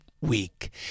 week